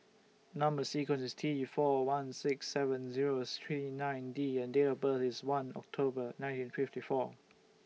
Number sequence IS T four one six seven Zero three nine D and Date of birth IS one October nineteen fifty four